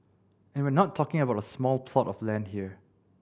and we're not talking about a small plot of land here